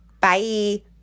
Bye